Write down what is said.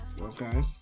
Okay